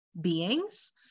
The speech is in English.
beings